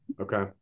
Okay